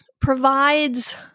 provides